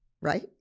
right